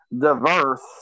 diverse